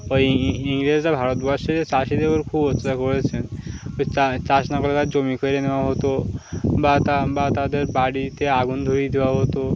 বা এই ইংরেজরা ভারতবর্ষে চাষিদের ওপর খুব অত্যাচার করেছেন ওই চাষ না করলে তার জমি কেড়ে নেওয়া হতো বা তা বা তাদের বাড়িতে আগুন ধরিয়ে দেওয়া হতো